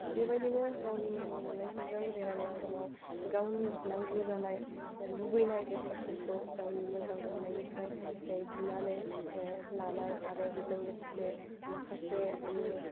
बेबायदिनो गावनि मोजां मोन्नायफोरजों बेरायनाय समाव गावनि नांगौ जानाय लुबैनाय बेसादफोरखौ गावनि मोजां मोन्नायनिफ्राय बिनानै लानाय आरो बेजों लोगोसे माखासे